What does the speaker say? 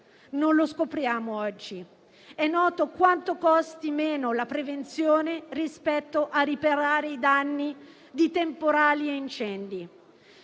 non lo scopriamo oggi. È noto quanto costi meno la prevenzione rispetto alla riparazione dei danni di temporali e incendi.